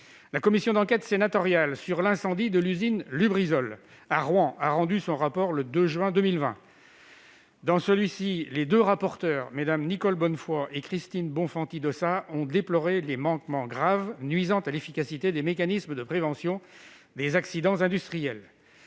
La commission d'enquête sénatoriale sur l'incendie de l'usine Lubrizol à Rouen a rendu son rapport le 2 juin 2020. Dans celui-ci, les deux rapporteures, Mmes Nicole Bonnefoy et Christine Bonfanti-Dossat, ont déploré les manquements graves nuisant à l'efficacité des mécanismes de prévention des accidents industriels.